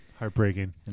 Heartbreaking